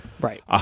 Right